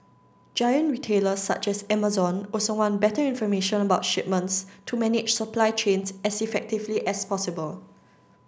giant retailers such as Amazon also want better information about shipments to manage supply chains as effectively as possible